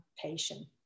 patient